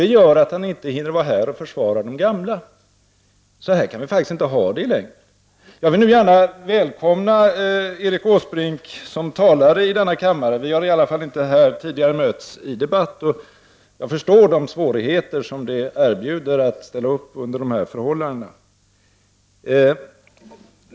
Därför har han inte tid att vara här och försvara de gamla förslagen. Så här kan vi faktiskt inte ha det i längden. Jag vill nu gärna välkomna Erik Åsbrink som talare i denna kammare. Han och jag har i alla fall inte mötts i debatt här i kammaren tidigare. Jag förstår de svårigheter det erbjuder att ställa upp under dessa förhållanden.